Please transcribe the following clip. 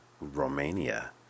Romania